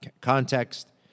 context